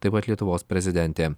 taip pat lietuvos prezidentė